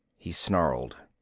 he snarled.